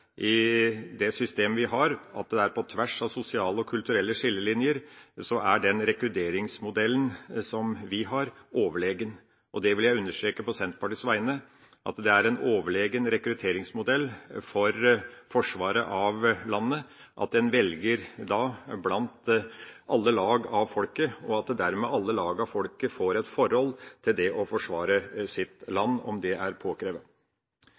i systemet vi har, er – på tvers av sosiale og kulturelle skillelinjer – den rekrutteringsmodellen som vi har, overlegen. Det vil jeg på Senterpartiets vegne understreke. Det er en overlegen rekrutteringsmodell for forsvaret av landet når en velger blant alle lag av folket, som dermed får et forhold til det å forsvare sitt land om det er påkrevet.